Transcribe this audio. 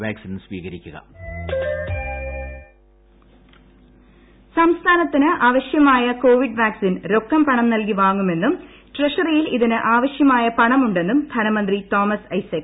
vaccine ധനമന്ത്രി സംസ്ഥാനത്തിന് ആവശ്യിമാർയ കോവിഡ് വാക്സിൻ രൊക്കം പണം നൽകി പ്പാങ്ങുമെന്നും ട്രഷറിയിൽ ഇതിന് ആവശ്യമായ പണമുണ്ടെന്നും ധനമന്ത്രി തോമസ് ഐസക്ക്